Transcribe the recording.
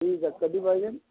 ठीक आहे कधी पाहिजे